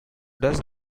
does